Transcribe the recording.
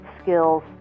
skills